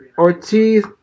Ortiz